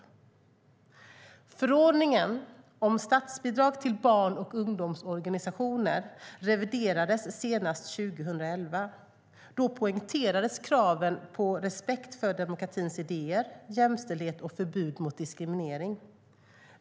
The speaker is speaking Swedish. Förordningen om statsbidrag till barn och ungdomsorganisationer reviderades senast 2011. Då poängterades kraven på respekt för demokratins idéer, jämställdhet och förbud mot diskriminering.